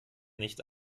nicht